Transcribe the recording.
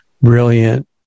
brilliant